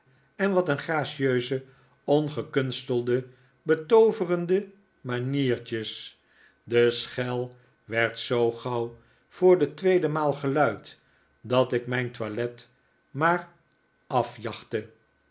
en wat een gracieuze ongekunstelde betooverende maniertjes de schel werd zoo gauw voor de tweede maal geluid dat ik mijn toilet maar afjachtte